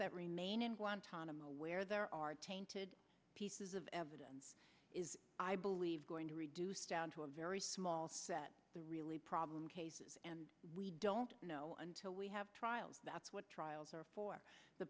that remain in guantanamo where there are tainted pieces of evidence is i believe going to reduce down to a very small set the really problem cases and we don't know until we have trials that's what trials are for the